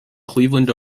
cleveland